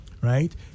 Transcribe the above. Right